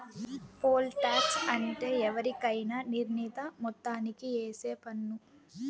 pole tax అంటే ఎవరికైనా నిర్ణీత మొత్తానికి ఏసే పన్ను